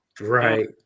Right